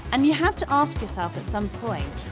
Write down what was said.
and you have to ask yourself at some point,